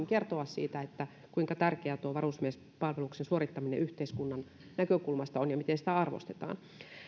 kertoa siitä kuinka tärkeää tuo varusmiespalveluksen suorittaminen yhteiskunnan näkökulmasta on ja miten sitä arvostetaan